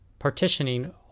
partitioning